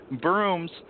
brooms